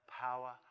power